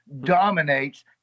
dominates